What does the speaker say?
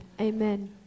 amen